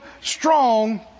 strong